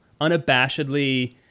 unabashedly